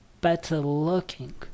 better-looking